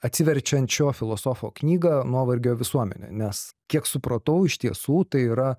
atsiverčiant šio filosofo knygą nuovargio visuomenė nes kiek supratau iš tiesų tai yra